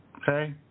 Okay